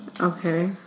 Okay